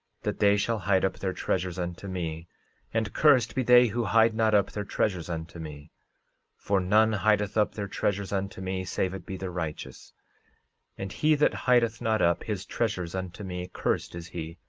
that they shall hide up their treasures unto me and cursed be they who hide not up their treasures unto me for none hideth up their treasures unto me save it be the righteous and he that hideth not up his treasures unto me, cursed is he,